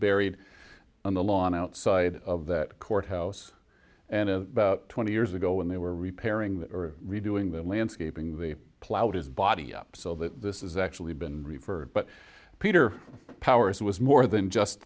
buried on the lawn outside of that courthouse and about twenty years ago when they were repairing that redoing the landscaping they plowed his body up so that this is actually been referred but peter powers it was more than just